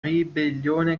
ribellione